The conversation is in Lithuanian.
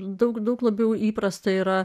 daug daug labiau įprasta yra